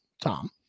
Tom